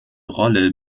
rolle